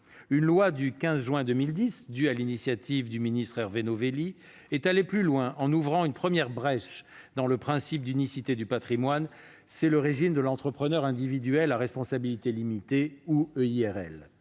Une loi du 15 juin 2010, due à l'initiative du secrétaire d'État Hervé Novelli, est allée plus loin, en ouvrant une première brèche dans le principe d'unicité du patrimoine : c'est le régime de l'entrepreneur individuel à responsabilité limitée ou EIRL.